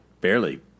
barely